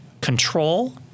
Control